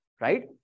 right